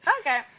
Okay